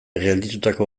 gelditutako